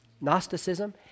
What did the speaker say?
Gnosticism